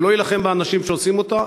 שלא יילחם באנשים שעושים אותה.